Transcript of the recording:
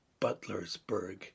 Butlersburg